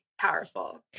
powerful